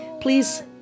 please